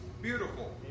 beautiful